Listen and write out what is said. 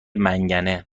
منگنه